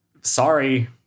sorry